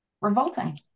Revolting